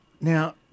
Now